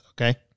okay